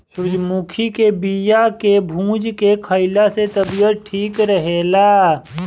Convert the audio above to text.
सूरजमुखी के बिया के भूंज के खाइला से तबियत ठीक रहेला